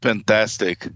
Fantastic